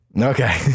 Okay